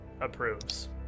approves